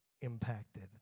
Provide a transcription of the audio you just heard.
impacted